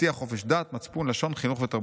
תבטיח חופש דת, מצפון, לשון, חינוך ותרבות'.